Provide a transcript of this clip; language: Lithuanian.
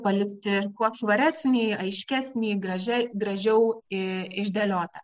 palikti kuo švaresnį aiškesnį gražia gražiau išdėliotą